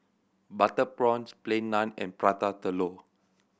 butter prawns Plain Naan and Prata Telur